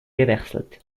gewechselt